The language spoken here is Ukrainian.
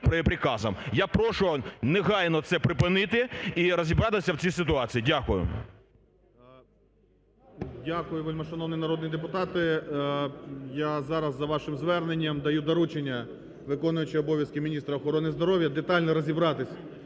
Я прошу негайно це припинити і розібратися в цій ситуації. Дякую. 10:27:34 ГРОЙСМАН В.Б. Дякую, вельмишановні народні депутати! Я зараз за вашим зверненням даю доручення виконуючій обов'язки міністра охорони здоров'я детально розібратись